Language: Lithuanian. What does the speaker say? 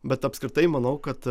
bet apskritai manau kad